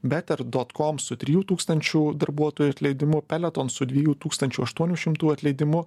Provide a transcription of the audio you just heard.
beta dot kom su trijų tūkstančių darbuotojų atleidimu peleton su dviejų tūkstančių aštuonių šimtų atleidimu